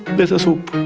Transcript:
let us hope